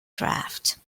draft